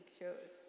shows